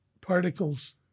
particles